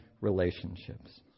relationships